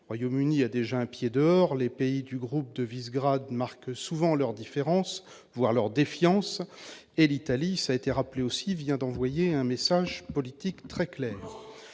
Royaume-Uni a déjà un pied dehors, les pays du groupe de grade marque souvent leur différence, voire leur défiance et l'Italie, ça a été rappelé aussi vient d'envoyer un message politique très clairement